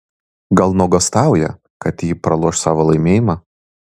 gal nuogąstauja kad ji praloš savo laimėjimą